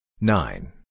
Nine